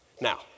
Now